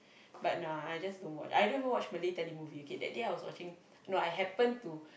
but nah I just don't watch I don't even watch Malay telemovie okay that day I was watching no I happen to